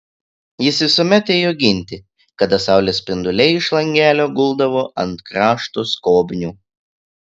jis visuomet ėjo ginti kada saulės spinduliai iš langelio guldavo ant krašto skobnių